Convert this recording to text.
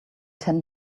ten